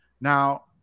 Now